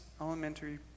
elementary